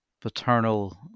paternal